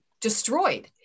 destroyed